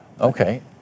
Okay